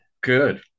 Good